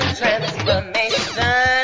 transformation